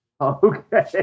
Okay